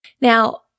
Now